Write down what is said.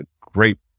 great